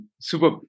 Super